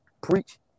Preach